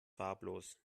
farblos